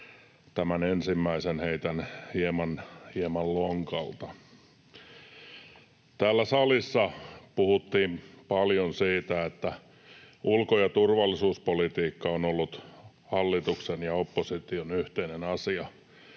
tämän ensimmäisen heitän hieman lonkalta. Täällä salissa puhuttiin paljon siitä, että ulko- ja turvallisuuspolitiikka on ollut hallituksen ja opposition yhteinen asia.